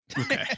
okay